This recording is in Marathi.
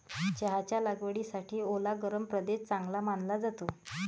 चहाच्या लागवडीसाठी ओला गरम प्रदेश चांगला मानला जातो